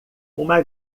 uma